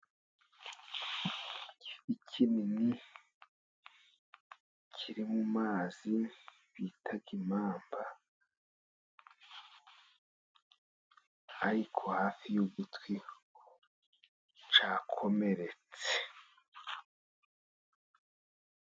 Igifi kinini kiri mu mazi bita imamba, ariko hafi y'ugutwi cyakomeretse.